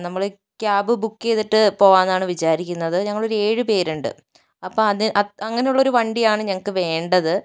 നമ്മൾ cab book ചെയ്തിട്ട് പോകാം എന്നാണ് വിചാരിക്കുന്നത് ഞങ്ങൾ ഒരു ഏഴുപേരുണ്ട് അപ്പം അതിന് അങ്ങനെയുള്ള ഒരു വണ്ടിയാണ് ഞങ്ങൾക്ക് വേണ്ടത്